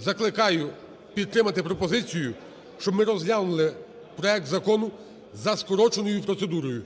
закликаю підтримати пропозицію, щоб ми розглянули проект закону за скороченою процедурою.